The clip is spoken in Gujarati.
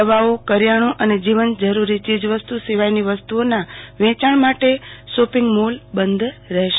દવાઓ કરીયાણું અને જીવન જરૂરી ચીજવસ્તુ સિવાયની વસ્તુઓના વેંચાણ માટે શોર્પીંગ મોલ બંધ રહેશે